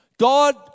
God